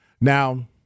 Now